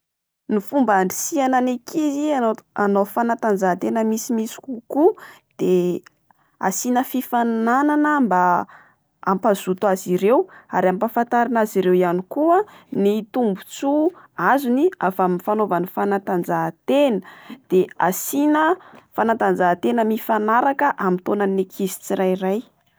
Ny fomba andrisihana ny ankizy hanao- hanao fanatanjahatena misimisy kokoa: de asiana fifaninanana mba hampazoto azy ireo. Ary ampafatarina azy ireo ihany koa ny tombotsoa azony avy amin'ny fanaovana fanatanjahatena. De asiana fanatanjahatena mifanaraka amin'ny taonan'ny ankizy tsirairay.